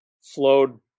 flowed